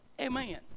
Amen